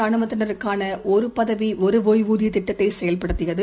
ரானுவத்தினருக்கானஒருபதவிஒருஒய்வூதியத் திட்டத்தைசெயல்படுத்தியது